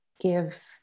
give